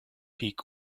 pig